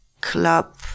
club